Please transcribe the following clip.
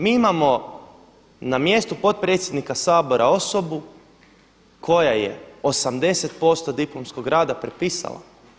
Mi imamo na mjestu potpredsjednika Sabora osobu koja je 80% diplomskog rada prepisala.